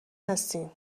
هستین